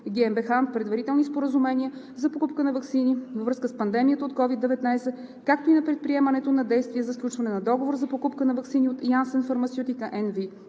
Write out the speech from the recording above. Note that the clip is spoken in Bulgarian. предварителни споразумения за покупка на ваксини във връзка с пандемията от COVID-19, както и на предприемането на действия за сключване на договор за покупка на ваксини от Janssen